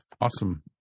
Awesome